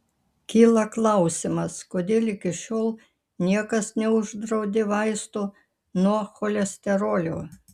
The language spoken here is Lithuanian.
kyla klausimas kodėl iki šiol niekas neuždraudė vaistų nuo cholesterolio